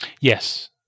Yes